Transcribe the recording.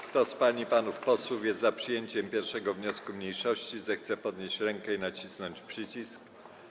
Kto z pań i panów posłów jest za przyjęciem 1. wniosku mniejszości, zechce podnieść rękę i nacisnąć przycisk.